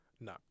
No